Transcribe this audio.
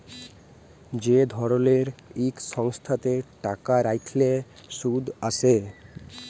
যে ধরলের ইক সংস্থাতে টাকা রাইখলে সুদ আসে